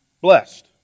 blessed